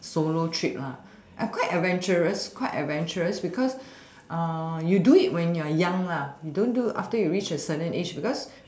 solo trip I quite adventurous quite adventurous because you do it when you're young we don't do after we reach a certain age because